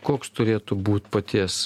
koks turėtų būt paties